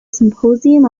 symposium